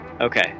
Okay